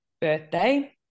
birthday